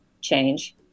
change